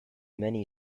many